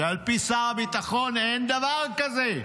שעל פי שר הביטחון אין דבר כזה.